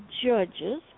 judges